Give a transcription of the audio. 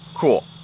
cool